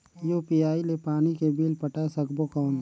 UPI ले पानी के बिल पटाय सकबो कौन?